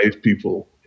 people